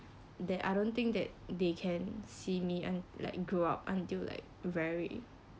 that I don't think that they can see me and like grow up until like very